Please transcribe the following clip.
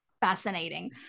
fascinating